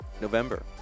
November